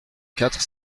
quatre